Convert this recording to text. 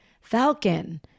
falcon